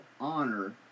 honor